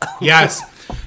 Yes